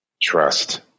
trust